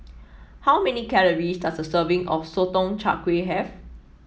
how many calories does a serving of Sotong Char Kway have